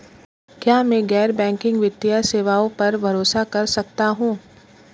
क्या मैं गैर बैंकिंग वित्तीय सेवाओं पर भरोसा कर सकता हूं?